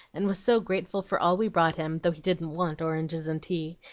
and was so grateful for all we brought him, though he didn't want oranges and tea,